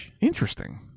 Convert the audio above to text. Interesting